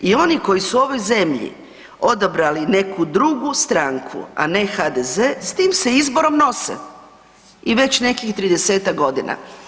I oni koji su u ovoj zemlji odabrali neku drugu stranku a ne HDZ, s tim se izborom nose i već nekih 30-ak godina.